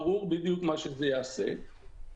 בואו לא נשכח שהיבואנים הישירים נהנים ממונופול,